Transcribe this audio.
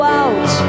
out